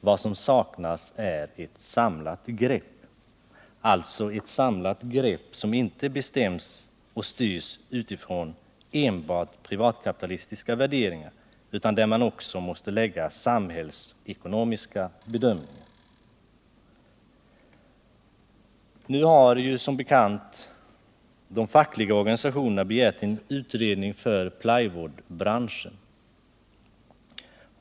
Vad som saknas är ett samlat grepp, som inte bestäms och styrs utifrån helt privatkapitalistiska värderingar, utan där man anlägger samhällsekonomiska bedömningar. Som bekant har de fackliga organisationerna begärt en utredning om plywoodbranschen.